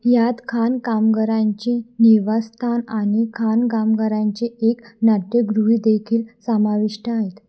यात खाण कामगारांची निवासस्थान आणि खाण कामगारांचे एक नाट्यगृह देखील समाविष्ट आहेत